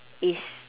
is